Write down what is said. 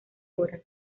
horas